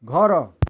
ଘର